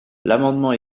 l’amendement